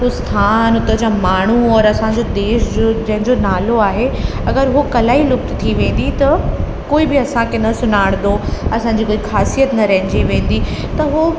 उस स्थान उतां जा माण्हू औरि असांजो देश जो जंहिंजो नालो आहे अगरि उहा कला ई लुप्त थी वेंदी त कोई बि असांखे न सुञाणंदो असांजी कोई ख़ासियत न रहजी वेंदी त उहा